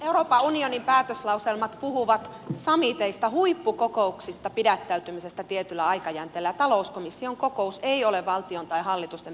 euroopan unionin päätöslauselmat puhuvat summiteista huippukokouksista pidättäytymisestä tietyllä aikajänteellä ja talouskomission kokous ei ole valtion tai hallitusten päämiesten kokous